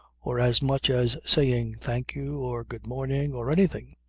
or as much as saying thank you or good morning or anything,